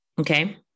okay